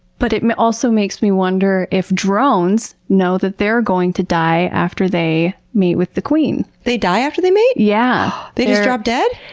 but it also makes me wonder if drones know that they're going to die after they mate with the queen. they die after they mate? yeah. they just drop dead?